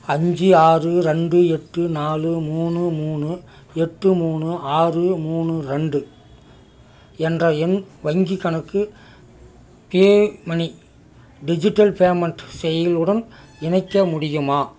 அஞ்சு ஆறு ரெண்டு எட்டு நாலு மூணு மூணு எட்டு மூணு ஆறு மூணு ரெண்டு என்ற என் வங்கிக் கணக்கு பேயூமனி டிஜிட்டல் பேமெண்ட் செயலியுடன் இணைக்க முடியுமா